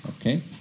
Okay